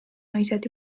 naised